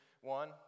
one